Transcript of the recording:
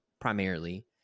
primarily